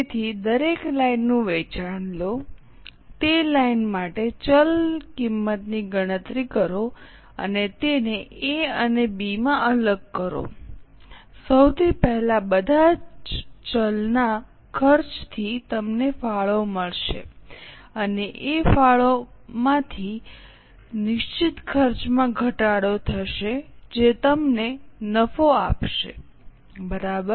તેથી દરેક લાઇનનું વેચાણ લો તે લાઇન માટે ચલ કિંમતની ગણતરી કરો અને તેને A અને B માં અલગ કરો સૌથી પહેલા બધા જ ચલના ખર્ચથી તમને ફાળો મળશે અને એ ફાળો માંથી નિશ્ચિત ખર્ચમાં ઘટાડો થશે જે તમને નફો આપશે બરાબર